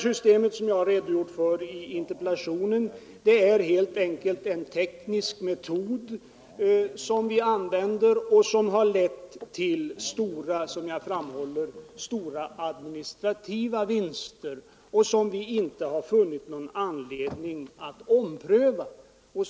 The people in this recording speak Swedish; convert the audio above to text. Systemet, som jag har redogjort för i interpellationssvaret, är helt enkelt en teknisk metod som vi använder och som har lett till stora administrativa vinster. Vi har inte funnit någon anledning att ompröva det.